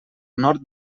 nord